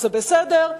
זה בסדר,